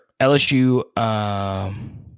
LSU –